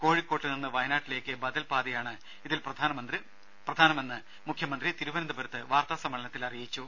കോഴിക്കോട്ടു നിന്ന് വയനാട്ടിലേക്ക് ബദൽ പാതയാണ് ഇതിൽ പ്രധാനമെന്ന് മുഖ്യമന്ത്രി തിരുവനന്തപുരത്ത് അറിയിച്ചു